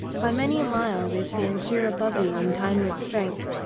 by many a mile they stand sheer above you in timeless strength.